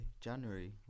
January